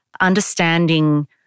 understanding